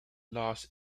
los